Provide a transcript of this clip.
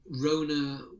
Rona